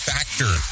Factor